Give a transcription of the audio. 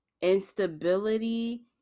instability